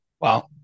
Wow